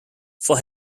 for